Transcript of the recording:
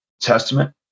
Testament